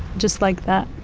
just like that.